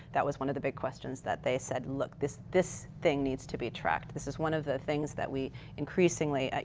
that was one of the big questions that they said, look, this this thing needs to be tracked. this is one of the things that we increasing, like ah